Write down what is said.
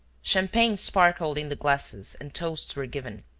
champagne sparkled in the glasses and toasts were given.